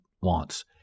wants